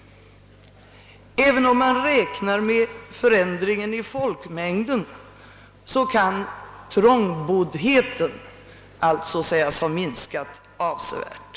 Även om man räknar med förändringen i folkmängd kan trångboddheten alltså sägas ha minskat avsevärt.